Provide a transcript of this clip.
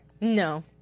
No